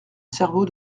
cerveau